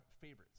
favorites